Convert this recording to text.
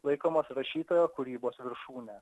laikomas rašytojo kūrybos viršūne